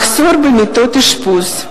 מחסור במיטות אשפוז,